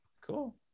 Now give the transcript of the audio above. cool